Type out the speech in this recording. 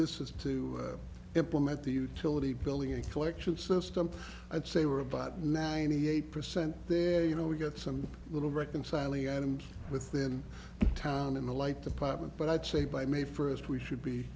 this is to implement the utility billing and collection system and say we're about ninety eight percent there you know we get some little reconciling items within town in the light department but i'd say by may first we should be